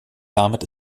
damit